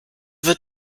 wird